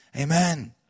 amen